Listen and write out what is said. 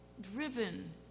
driven